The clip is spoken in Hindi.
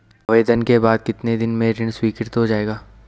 आवेदन के बाद कितने दिन में ऋण स्वीकृत हो जाएगा?